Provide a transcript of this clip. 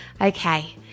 Okay